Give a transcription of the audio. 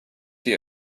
the